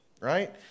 Right